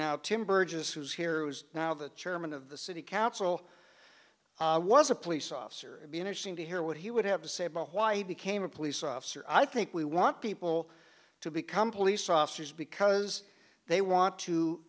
who's now the chairman of the city council i was a police officer would be interesting to hear what he would have to say about why he became a police officer i think we want people to become police officers because they want to